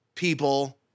people